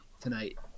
tonight